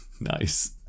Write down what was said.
Nice